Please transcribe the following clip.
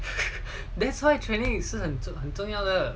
that's why training 是很真很重要的